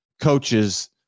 coaches